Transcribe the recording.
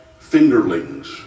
Fingerlings